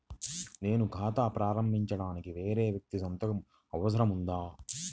నేను ఖాతా ప్రారంభించటానికి వేరే వ్యక్తి సంతకం అవసరం ఉందా?